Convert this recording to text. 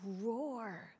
roar